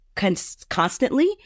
constantly